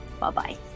bye-bye